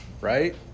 right